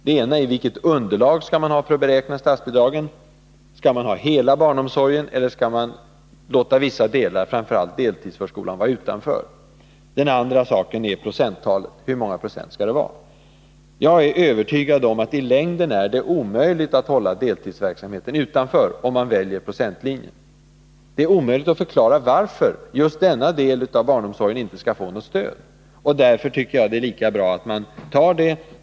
Den ena är vilket underlag man skall ha för att beräkna statsbidragen — skall man ha hela barnomsorgen eller skall man låta vissa delar, framför allt deltidsförskolan, vara utanför? Den andra är procenttalet, dvs. hur många procent det skall vara. Jag är övertygad om att det i längden är omöjligt att hålla deltidsverksamheten utanför om man väljer procentlinjen. Det är omöjligt att förklara varför just denna del av barnomsorgen inte skall få något stöd. Därför tycker jag att det är lika bra att bestämma sig för att ge stöd.